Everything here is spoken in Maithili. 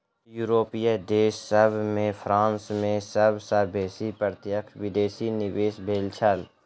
यूरोपीय देश सभ में फ्रांस में सब सॅ बेसी प्रत्यक्ष विदेशी निवेश भेल छल